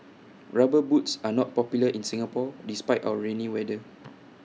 rubber boots are not popular in Singapore despite our rainy weather